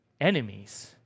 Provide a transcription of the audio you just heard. enemies